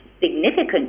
significant